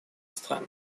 стран